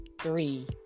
three